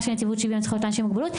של נציבות שוויון זכויות לאנשים עם מוגבלות,